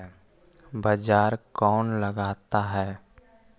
बाजार कौन लगाता है?